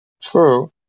True